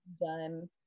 done